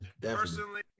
Personally